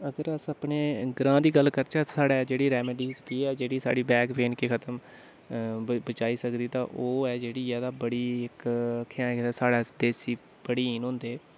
अगर अस अपने ग्रांऽ दी गल्ल करचै ते साढ़ै जेह्ड़ी रैमंडिस केह् ऐ कि जेह्ड़ी साढ़ी बैकपेन गी खतम बचाई सकदी ते ओह् एह् जेह्ड़ी ऐ बड़ी इक आक्खें साढ़ै देसी भड़ीन होंदे